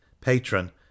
Patron